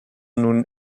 nun